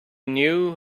knew